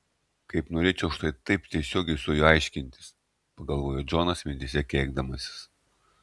kaip norėčiau štai taip tiesiogiai su juo aiškintis pagalvojo džonas mintyse keikdamasis